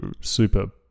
super